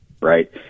right